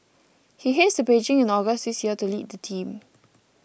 he heads to Beijing in August this year to lead the team